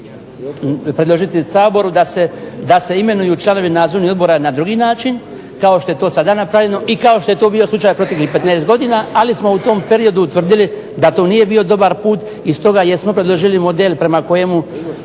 predložiti Saboru da se imenuju članovi nadzornih odbora na drugi način kao što je to sada napravljeno i kao što je to bio slučaj posljednjih 15 godina, ali smo u tom periodu utvrdili da to nije bio dobar put i stoga jesmo predložili model prema kojemu